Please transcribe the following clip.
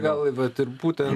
gal į vat ir būtent